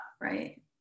right